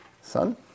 son